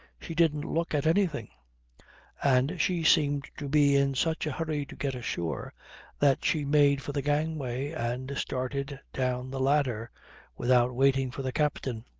she didn't look at anything and she seemed to be in such a hurry to get ashore that she made for the gangway and started down the ladder without waiting for the captain.